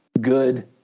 good